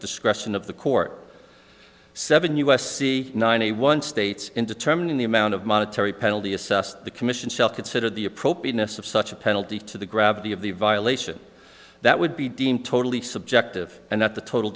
discretion of the court seven u s c nine one states in determining the amount of monetary penalty assessed the commission shall consider the appropriateness of such a penalty to the gravity of the violation that would be deemed totally subjective and not the total